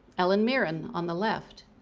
helen mirren, on the left,